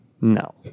No